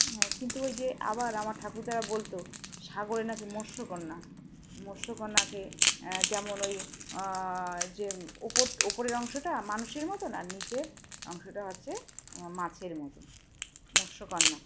হ্যাঁ কিন্তু ওই যে আবার আমার ঠাকুরদ্বারা বলতো সাগরে নাকি মৎস্যকন্যা মৎস্যকন্যাকে যেমন ওই যে ওর ওপরের অংশটা মানুষের মতন আর নিচের অংশটা হচ্ছে মাছের মতন মৎস্যকন্যা